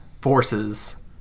forces